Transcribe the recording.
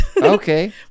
Okay